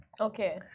Okay